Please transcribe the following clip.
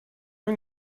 این